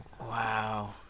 Wow